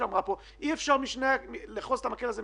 אי אפשר לחייב את הלא